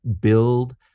build